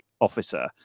officer